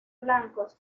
blancos